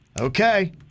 Okay